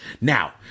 Now